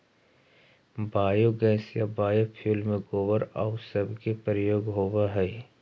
biogas या biofuel में गोबर आउ सब के प्रयोग होवऽ हई